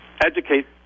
educate